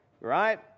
right